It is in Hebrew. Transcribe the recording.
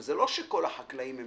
זה לא שכל החקלאי הם